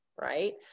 right